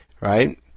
Right